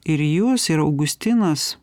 ir jūs ir augustinas